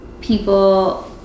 people